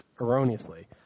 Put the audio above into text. erroneously